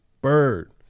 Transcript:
Bird